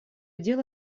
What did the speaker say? дело